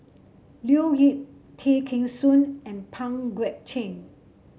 Leo Yip Tay Kheng Soon and Pang Guek Cheng